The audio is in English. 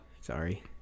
Sorry